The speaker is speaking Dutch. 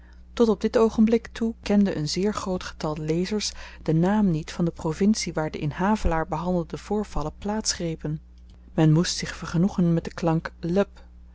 tot op dit oogenblik toe kende een zeer groot getal lezers den naam niet van de provincie waar de in havelaar behandelde voorvallen plaats grepen men moest zich vergenoegen met den klank leb